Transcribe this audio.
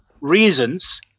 reasons